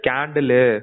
Candle